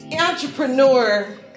Entrepreneur